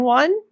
one